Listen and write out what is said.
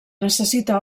necessita